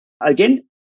Again